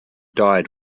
died